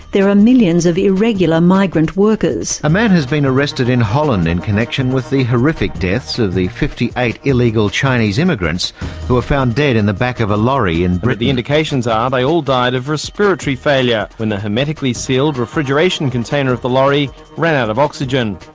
there are millions of irregular migrant workers. a man has been arrested in holland, in connection with the horrific deaths of the fifty eight illegal chinese immigrants who were found dead in the back of a lorry. and the indications are they all died of respiratory failure when the hermetically sealed refrigeration container of the lorry ran out of oxygen.